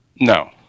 no